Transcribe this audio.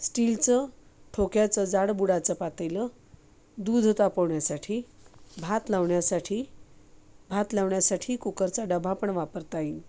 स्टीलचं ठोक्याचं जाडबुडाचं पातेलं दूध तापवण्यासाठी भात लावण्यासाठी भात लावण्यासाठी कुकरचा डबा पण वापरता येईल